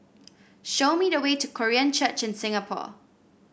show me the way to Korean Church in Singapore